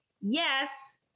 yes